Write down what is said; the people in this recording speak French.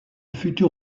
futur